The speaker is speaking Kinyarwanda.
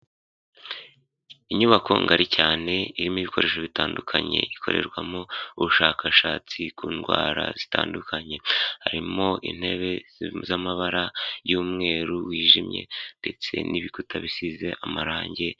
Inyubako ngari cyane irimo ibikoresho bitandukanye, ikorerwamo ubushakashatsi ku ndwara zitandukanye, harimo intebe z'amabara y'umweru wijimye ndetse n'ibikuta bisize amarange.